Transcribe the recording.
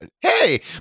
Hey